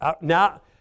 Now